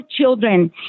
children